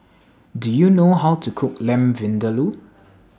Do YOU know How to Cook Lamb Vindaloo